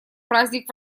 праздник